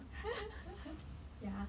ya